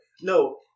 No